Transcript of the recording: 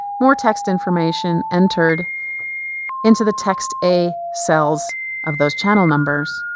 more text information entered into the text a cells of those channel numbers.